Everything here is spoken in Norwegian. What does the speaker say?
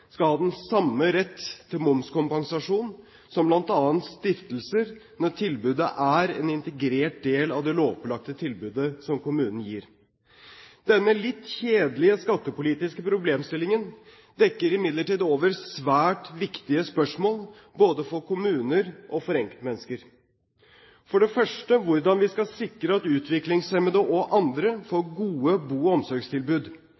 skal ha den samme rett til momskompensasjon som bl.a. stiftelser, når tilbudet er en integrert del av det lovpålagte tilbudet som kommunen gir. Denne litt kjedelige skattepolitiske problemstillingen dekker imidlertid over svært viktige spørsmål både for kommuner og for enkeltmennesker, for det første hvordan vi skal sikre at utviklingshemmede og andre